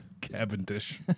Cavendish